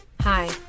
Hi